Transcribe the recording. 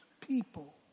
people